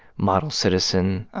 model citizen ah